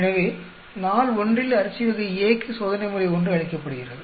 எனவே நாள் ஒன்றில் அரிசி வகை A க்கு சோதனைமுறை ஒன்று அளிக்கப்படுகிறது